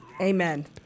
Amen